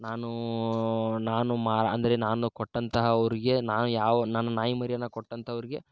ನಾನು ನಾನು ಮ ಅಂದರೆ ನಾನು ಕೊಟ್ಟಂತಹ ಅವರಿಗೆ ನಾ ಯಾವ ನಾನು ನಾಯಿ ಮರಿಯನ್ನು ಕೊಟ್ಟಂಥವ್ರಿಗೆ